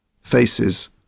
faces